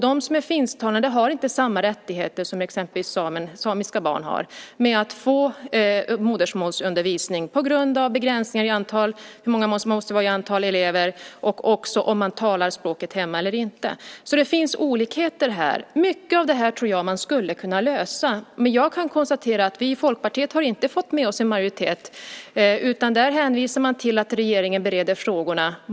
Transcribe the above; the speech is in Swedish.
De som är finsktalande har inte samma rättigheter som till exempel samiska barn med att få modersmålsundervisning på grund av begränsningar i antal elever och också beroende på om man talar språket hemma eller inte. Det finns olikheter här. Mycket av det här tror jag att man skulle kunna lösa. Vi i Folkpartiet har inte fått med oss en majoritet, utan man hänvisar till att regeringen bereder frågorna.